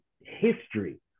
history